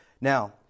Now